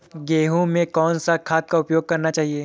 गेहूँ में कौन सा खाद का उपयोग करना चाहिए?